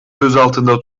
gözaltında